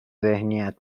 ذهنیت